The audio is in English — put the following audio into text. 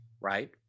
right